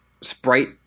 sprite